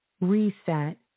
reset